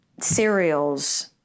cereals